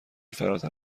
فراتر